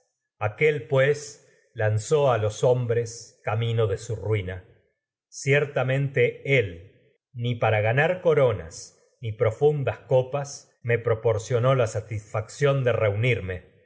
camino coronas lanzó a los hombres para de su ruina cierta mente él ni ganar ni profundas copas me proporcionó la satisfacción de reunirme